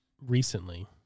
recently